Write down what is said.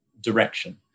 direction